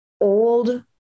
old